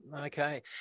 okay